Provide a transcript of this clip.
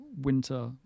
winter